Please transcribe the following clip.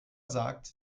sagte